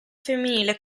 femminile